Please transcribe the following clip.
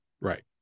right